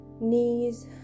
knees